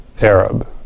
Arab